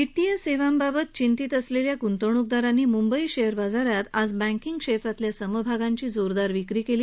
वितीय सेवांबाबत चिंतेत असलेल्या ग्ंतवणूकदारांनी म्ंबई शेअर बाजारात आज बँकीग क्षेत्रातल्या समभागांची जोरदार विक्री केली